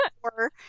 four